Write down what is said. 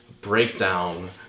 breakdown